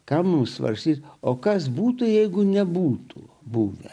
kam svarstyti o kas būtų jeigu nebūtų buvę